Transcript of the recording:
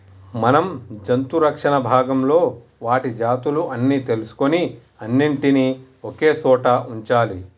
మనం జంతు రక్షణ భాగంలో వాటి జాతులు అన్ని తెలుసుకొని అన్నిటినీ ఒకే సోట వుంచాలి